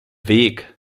weg